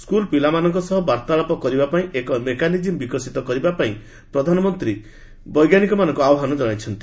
school ପିଲାମାନଙ୍କ ସହ ବାର୍ଭାଳାପ କରିବା ପାଇଁ ଏକ ମେକାନିଜିମ୍ ବିକଶିତ କରିବା ପାଇଁ ଶ୍ରୀ ମୋଦି ବୈଜ୍ଞାନିକମାନଙ୍କୁ ଆହ୍ୱାନ ଜଣାଇଛନ୍ତି